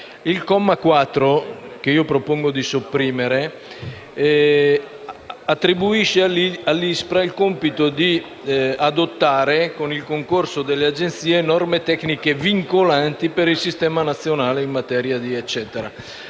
Il comma 4, che io propongo di sopprimere, attribuisce all'ISPRA il compito di adottare, con il concorso delle Agenzie, norme tecniche vincolanti per il Sistema nazionale a rete per